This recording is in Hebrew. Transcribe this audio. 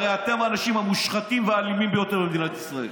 הרי אתם האנשים המושחתים והאלימים ביותר במדינת ישראל.